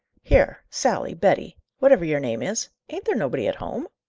here, sally, betty whatever your name is ain't there nobody at home?